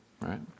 Right